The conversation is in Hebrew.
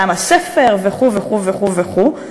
עם הספר וכו' וכו' וכו' וכו'